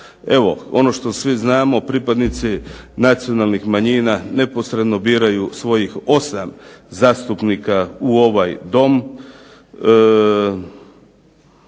Evo ono što svi znamo pripadnici nacionalnih manjina neposredno biraju svojih 8 zastupnika u ovaj Dom,